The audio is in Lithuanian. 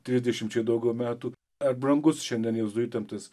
trisdešimčiai daugiau metų ar brangus šiandien jėzuitam tas